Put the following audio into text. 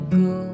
go